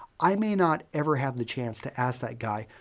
i may not ever have the chance to ask that guy,